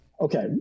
okay